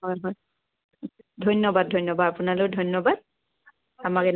হয় হয় ধন্যবাদ ধন্যবাদ আপোনালৈ ধন্যবাদ